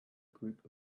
group